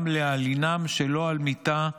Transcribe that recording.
גם להלינם שלא על מיטה,